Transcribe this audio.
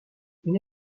une